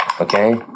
okay